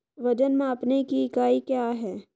वजन मापने की इकाई क्या है?